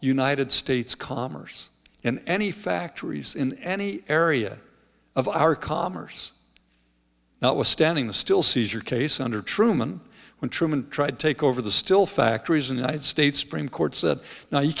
united states commerce in any factories in any area of our commerce notwithstanding the still seizure case under truman when truman tried to take over the still factories and united states supreme court said no you